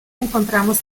encontramos